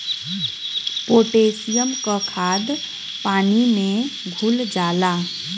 potassium क खाद पानी में घुल जाला